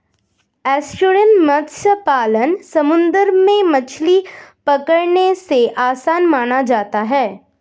estuarine मत्स्य पालन समुंदर में मछली पकड़ने से आसान माना जाता है